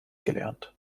gelernt